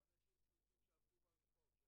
או אנשים פשוטים שעברו ברחוב,